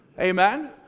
Amen